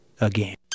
again